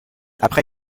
après